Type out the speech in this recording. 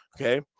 okay